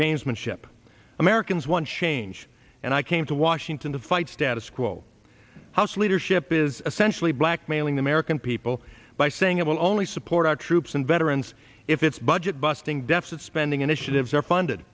gamesmanship americans want change and i came to washington to fight status quo house leadership is essentially blackmailing the american people by saying it will only support our troops and veterans if its budget busting deficit spending initiatives are funded